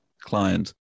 client